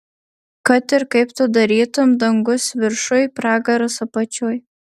kad ir kaip tu darytum dangus viršuj pragaras apačioj